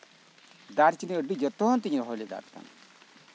ᱫᱟᱨᱪᱤᱱᱤ ᱟᱹᱰᱤ ᱡᱚᱛᱚᱱ ᱛᱤᱧ ᱨᱚᱦᱚᱭ ᱞᱟᱜᱟ ᱠᱮᱫᱟ